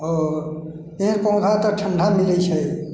आओर पेड़ पौधातर ठण्डा मिलै छै